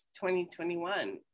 2021